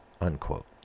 unquote